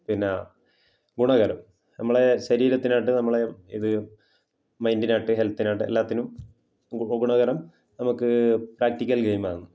പിന്നെ ഗുണകരം നമ്മളെ ശരീരത്തിനാകട്ടെ നമ്മളെ ഇത് മൈൻഡിനാകട്ടെ ഹെൽത്തിനാകട്ടെ എല്ലാത്തിനും ഗുണകരം നമുക്ക് പ്രാക്റ്റിക്കൽ ഗെയിമാണ്